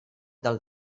del